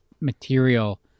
material